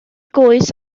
goes